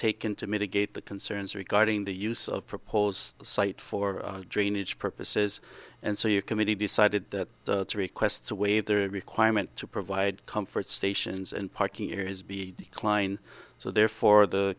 taken to mitigate the concerns regarding the use of proposed site for drainage purposes and so your committee decided that the requests await their requirement to provide comfort stations and parking areas be declined so therefore the